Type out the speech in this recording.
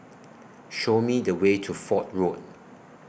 Show Me The Way to Fort Road